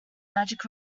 magic